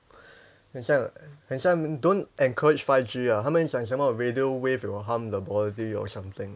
很像很像 don't encourage five G ah 他们讲什么 radio wave will harm the body or something